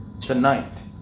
Tonight